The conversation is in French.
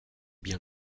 bien